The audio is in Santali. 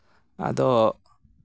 ᱟᱫᱚ